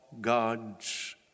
God's